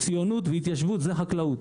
ציונות והתיישבות זה חקלאות,